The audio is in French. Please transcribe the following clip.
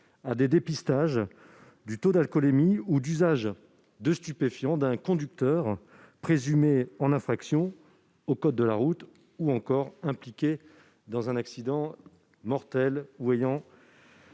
à des dépistages soit du taux d'alcoolémie soit de l'usage de stupéfiants d'un conducteur présumé en infraction au code de la route ou impliqué dans un accident mortel ou ayant